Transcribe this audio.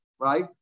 right